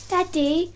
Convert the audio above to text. Daddy